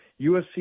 USC